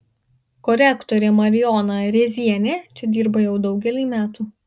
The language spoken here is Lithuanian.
korektorė marijona rėzienė čia dirba jau daugelį metų